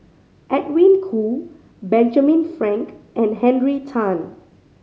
Edwin Koo Benjamin Frank and Henry Tan